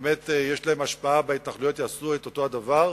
שיש להם השפעה בהתנחלויות יעשו את אותו הדבר.